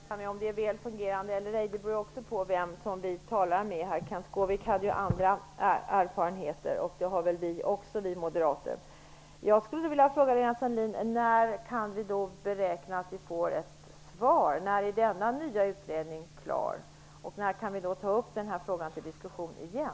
Fru talman! Om den är väl fungerande eller ej beror på vem vi talar med. Kenth Skårvik hade andra erfarenheter, och det har vi moderater också. Jag skulle vilja fråga Lena Sandlin: När kan vi beräkna att vi får ett svar? När är denna nya utredning klar? När kan vi ta upp den här frågan till diskussion igen?